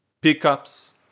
pickups